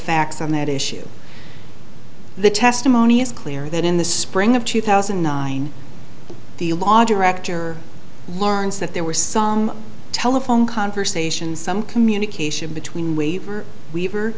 facts on that issue the testimony is clear that in the spring of two thousand and nine the law director learns that there were some telephone conversations some communication between waiver weaver